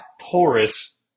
porous